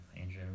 Andrew